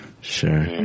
sure